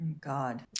God